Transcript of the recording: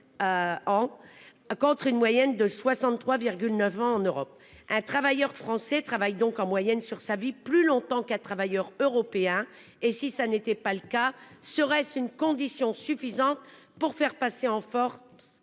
Contre une moyenne de 63 9 en Europe. Un travailleur français travaillent donc en moyenne sur sa vie plus longtemps qu'travailleurs européens et si ça n'était pas le cas, serait-ce une condition suffisante pour faire passer en force